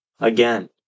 again